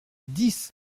dix